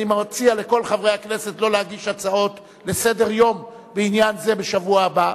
אני מציע לכל חברי הכנסת לא להגיש הצעות לסדר-היום בעניין זה בשבוע הבא,